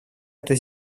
это